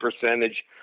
percentage